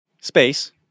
Space